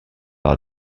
are